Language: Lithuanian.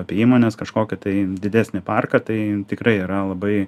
apie įmonės kažkokį tai didesnį parką tai tikrai yra labai